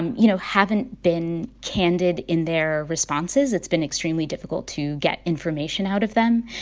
and you know, haven't been candid in their responses. it's been extremely difficult to get information out of them.